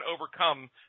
overcome